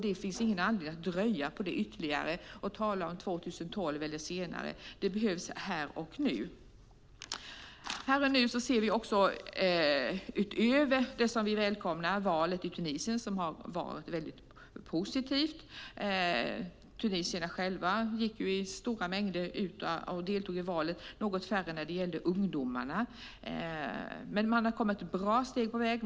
Det finns ingen anledning att dröja med det och tala om 2012 och senare. Det behövs här och nu. Valet i Tunisien var väldigt positivt. Tunisierna deltog i stora mängder i valet; det var något färre när det gäller ungdomar. Man har kommit ett bra steg på väg.